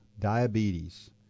diabetes